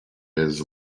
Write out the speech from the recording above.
his